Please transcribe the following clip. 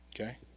Okay